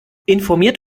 informiert